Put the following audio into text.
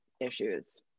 issues